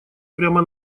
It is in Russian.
прямо